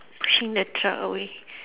pushing the truck away